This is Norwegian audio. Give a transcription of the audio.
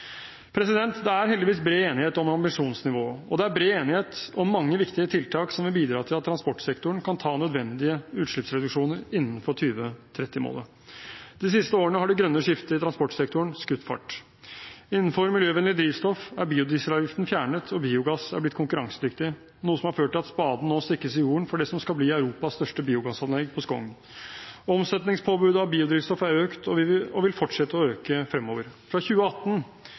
Det er heldigvis bred enighet om ambisjonsnivået, og det er bred enighet om mange viktige tiltak som vil bidra til at transportsektoren kan ta nødvendige utslippsreduksjoner innenfor 2030-målet. De siste årene har det grønne skiftet i transportsektoren skutt fart. Innenfor miljøvennlig drivstoff er biodieselavgiften fjernet, og biogass er blitt konkurransedyktig, noe som har ført til at spaden nå stikkes i jorden for det som skal bli Europas største biogassanlegg på Skogn. Omsetningspåbudet av biodrivstoff er økt og vil fortsette å øke fremover. Fra 2018